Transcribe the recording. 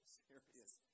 serious